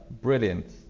brilliant